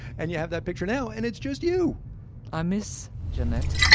and you have that picture now, and it's just you i miss janet.